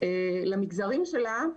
למגזרים שלה,